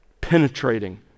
Penetrating